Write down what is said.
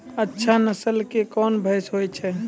अच्छा नस्ल के कोन भैंस होय छै?